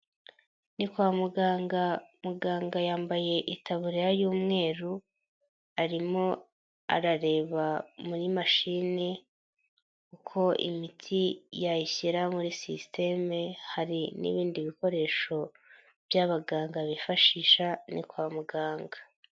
Ni kwa muganga muganga yambaye itaburiya y'umweru, arimo arareba muri mashini, uko imiti yayishyira muri sisiteme hari n'ibindi bikoresho, by'abaganga bifashisha ni kwa muganga.